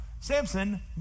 Samson